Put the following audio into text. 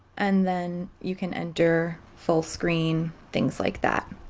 and then you can enter fullscreen, things like that.